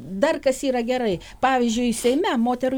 dar kas yra gerai pavyzdžiui seime moterų